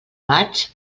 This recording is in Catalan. maig